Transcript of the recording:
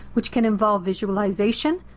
which can involve visualization,